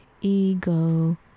ego